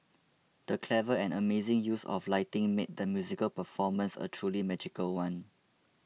the clever and amazing use of lighting made the musical performance a truly magical one